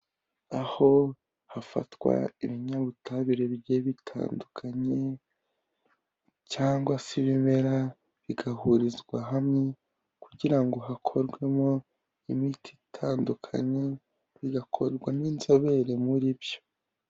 Aho hafatwa ibinyabutabire bigiye bitandukanye, cyangwa se ibimera bigahurizwa hamwe, kugirango hakorwemo imiti itandukanye, bigakorwa n'inzobere muri byo.